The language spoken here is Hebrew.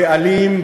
הבעלים,